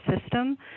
system